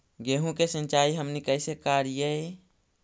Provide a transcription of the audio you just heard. गेहूं के सिंचाई हमनि कैसे कारियय?